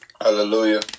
Hallelujah